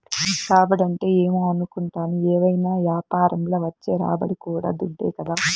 రాబడంటే ఏమో అనుకుంటాని, ఏవైనా యాపారంల వచ్చే రాబడి కూడా దుడ్డే కదా